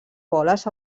boles